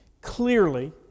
Clearly